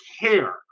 care